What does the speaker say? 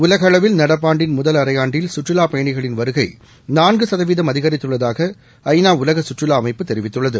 உலகளவில் நடப்பாண்டின் முதல் அரையாண்டில் சுற்றுலா பயணிகளின் வருகை நான்கு சதவீதம் அதிகரித்துள்ளதாக ஐநா உலக சுற்றுலா அமைப்பு தெரிவித்துள்ளது